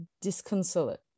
disconsolate